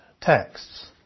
texts